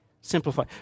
Simplify